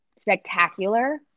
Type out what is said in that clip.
spectacular